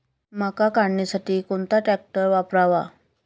मका काढणीसाठी कोणता ट्रॅक्टर वापरावा?